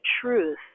truth